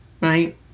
right